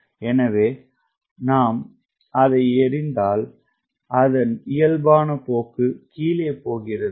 எனவே நாம் அதை எறிந்தால் அதன் இயல்பான போக்கு கீழே போகிறது